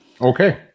Okay